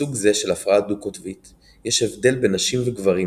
בסוג זה של הפרעה דו-קוטבית יש הבדל בין נשים וגברים